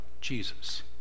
Jesus